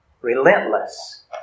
relentless